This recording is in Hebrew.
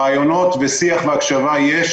ראיונות ושיח והקשבה יש,